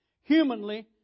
Humanly